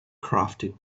crafted